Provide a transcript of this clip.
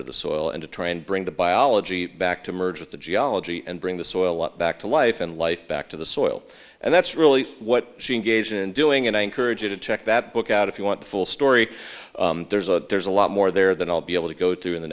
to the soil and to try and bring the biology back to merge with the geology and bring the soil a lot back to life and life back to the soil and that's really what she and gage in doing and i encourage you to check that book out if you want the full story there's a there's a lot more there than i'll be able to go t